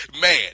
man